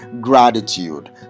gratitude